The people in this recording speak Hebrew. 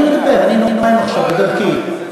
אני מדבר, אני נואם עכשיו, בדרכי.